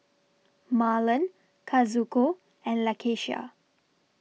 Marlon Kazuko and Lakesha